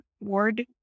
ward